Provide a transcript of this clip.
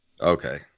okay